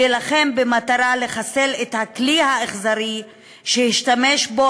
להילחם במטרה לחסל את הכלי האכזרי שהשתמש בו